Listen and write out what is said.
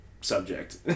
subject